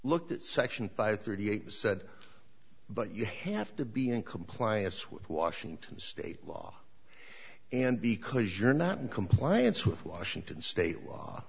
looked at section five thirty eight said but you have to be in compliance with washington state law and because you're not in compliance with washington state law